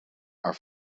are